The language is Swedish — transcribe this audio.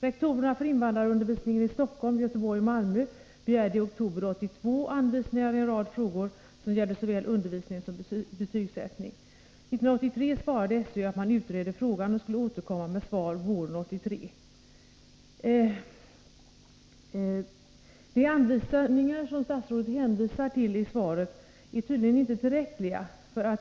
Rektorerna för invandrarundervisningen i Stockholm, Göteborg och Malmö begärde i oktober 1982 anvisningar i en rad frågor som gällde såväl undervisning som betygsättning. År 1983 svarade SÖ att man utredde frågan och skulle återkomma med svar våren 1983. De anvisningar som statsrådet hänvisar till i svaret är tydligen inte tillräckliga.